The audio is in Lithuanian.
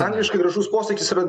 angliškai gražus posakis yra